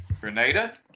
Grenada